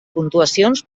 puntuacions